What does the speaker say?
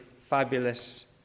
fabulous